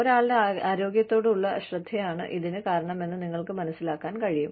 ഒരാളുടെ ആരോഗ്യത്തോടുള്ള അശ്രദ്ധയാണ് ഇതിന് കാരണമെന്ന് നിങ്ങൾക്ക് മനസ്സിലാക്കാൻ കഴിയും